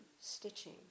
stitching